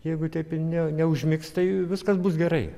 jeigu taip ne neužmigs tai viskas bus gerai